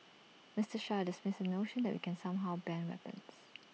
Mister Shah dismissed the notion that we can somehow ban weapons